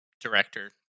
director